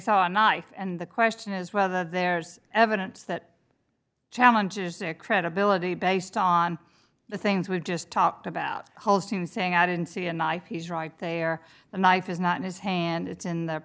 saw a knife and the question is whether there's evidence that challenges the credibility based on the things we've just talked about holstein saying i didn't see a knife he's right there the knife is not in his hand it's in the